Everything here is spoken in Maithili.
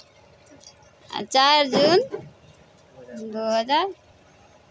चारि जून दू हजार